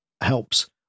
helps